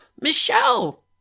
Michelle